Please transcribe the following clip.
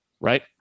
right